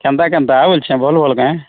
କେନ୍ତା କେନ୍ତା ବୋଲୁଛେ ଭଲ ଭଲ କାଏ